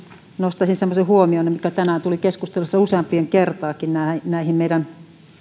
nostaisin semmoisen huomion mikä tänään tuli keskustelussa useampaankin kertaan näiden meidän